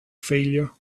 failure